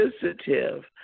sensitive